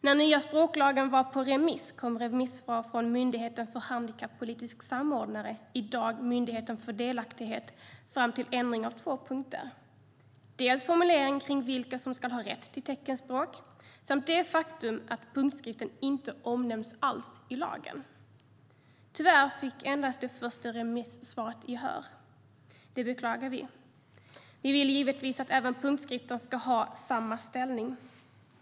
När den nya språklagen var på remiss föreslog Myndigheten för handikappolitisk samordning, i dag Myndigheten för delaktighet, i sitt remissvar ändring av två punkter, dels formuleringen om vilka som ska ha rätt till teckenspråk, dels det faktum att punktskriften inte omnämns alls i lagen. Tyvärr fick endast det första remissvaret gehör. Det beklagar vi. Vi vill att även punktskriften ska ha samma ställning.